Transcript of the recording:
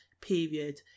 period